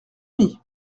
mis